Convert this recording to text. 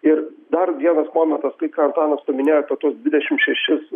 ir dar vienas momentas tai ką antanas paminėjo apie tuos dvidešim šešis